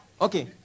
okay